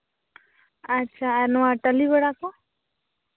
ᱟᱪᱪᱷᱟ ᱱᱚᱣᱟ ᱴᱟᱹᱞᱤ ᱚᱲᱟᱜ ᱠᱚ